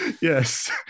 Yes